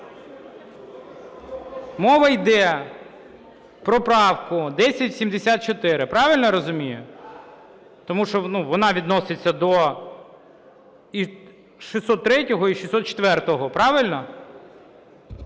Мова йде про правку 1074. Правильно я розумію? Тому що вона відноситься до і 603-го, і 604-го, правильно?